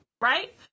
right